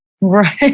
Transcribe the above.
Right